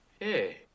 Hey